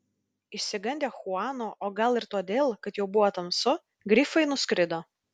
išsigandę chuano o gal ir todėl kad jau buvo tamsu grifai nuskrido